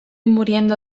muriendo